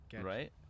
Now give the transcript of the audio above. right